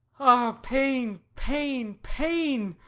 ah, pain, pain, pain!